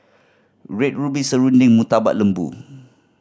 Red Ruby serunding Murtabak Lembu